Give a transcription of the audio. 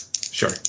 sure